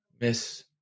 Miss